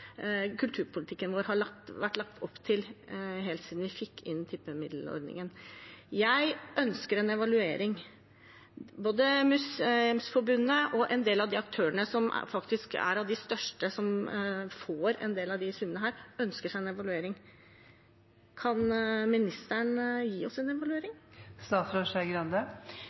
kulturpolitikken vår har lagt opp til helt siden vi fikk inn tippemidler i ordningen. Jeg ønsker en evaluering. Både Museumsforbundet og en del av de aktørene som faktisk er av de største som får en del av disse summene, ønsker seg en evaluering. Kan ministeren gi oss en